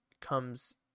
comes